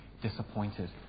disappointed